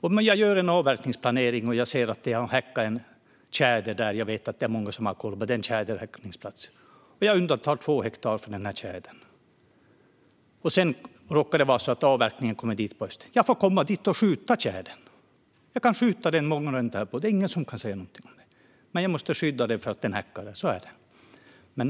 Om jag gör en avverkningsplanering och ser att det häckar en tjäder där och vet att det är många som har koll på den tjäderhäckningsplatsen så undantar jag två hektar för den här tjädern. Sedan råkar det vara så att avverkningen kommer dit på hösten. Då får jag komma dit och skjuta tjädern! Jag kan skjuta den morgonen därpå, och det är ingen som kan säga någonting om det. Men när den häckade måste jag skydda den.